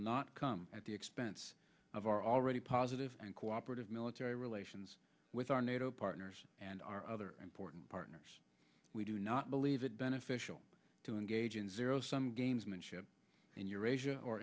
not come at the expense of our already positive and cooperative military relations with our nato partners and our other important partners we do not believe it beneficial to engage in zero sum games and ship and eurasia or